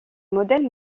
modèle